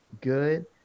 good